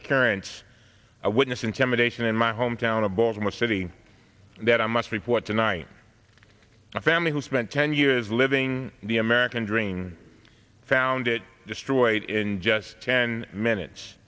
occurrence to witness intimidation in my hometown of baltimore city that i must report tonight a family who spent ten years living the american dream found it destroyed in just ten minutes